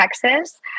Texas